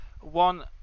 one